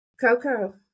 Coco